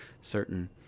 certain